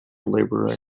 labourer